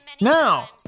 Now